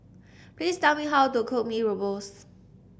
please tell me how to cook Mee Rebus